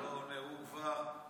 הוא לא עונה, הוא לא עונה.